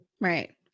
Right